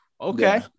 okay